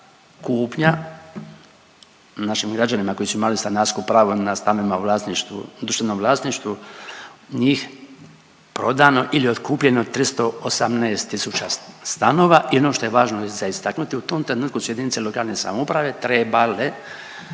kupnja našim građanima koji su imali stanarsko pravo na stanovima u vlasništvu, društvenom vlasništvu njih prodano ili otkupljeno 318000 stanova. I ono što je važno za istaknuti u tom trenutku su jedinice lokalne samouprave trebale